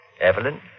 Evelyn